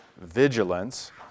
Vigilance